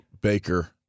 Baker